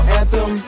anthem